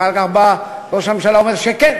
אחר כך בא ראש הממשלה, אומר שכן.